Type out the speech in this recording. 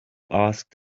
ask